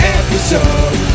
episode